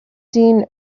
seen